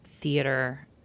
theater